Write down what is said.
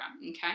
okay